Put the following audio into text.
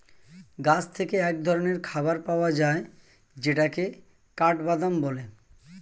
গাছ থেকে এক ধরনের খাবার পাওয়া যায় যেটাকে কাঠবাদাম বলে